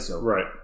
Right